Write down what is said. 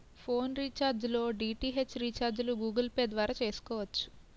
phone recharge లో DTH రీఛార్జిలు Google Pay ద్వారా చేసుకోవచ్చు